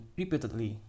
repeatedly